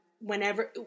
whenever